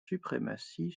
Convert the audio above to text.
suprématie